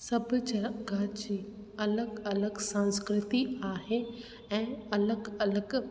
सभु जगहि जी अलॻि अलॻि सांस्कृति आहे ऐं अलॻि अलॻि